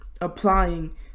applying